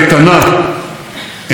אני מבקש להבהיר כאן,